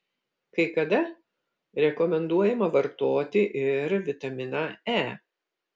kai kada rekomenduojama vartoti ir vitaminą e